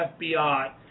FBI